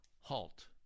halt